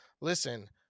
listen